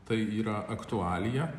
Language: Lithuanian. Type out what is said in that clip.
tai yra aktualija